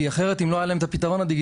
כי אחרת אם לא היה להם את הפתרון הדיגיטלי,